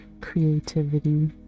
creativity